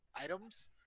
Items